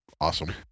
awesome